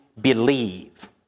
believe